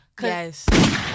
yes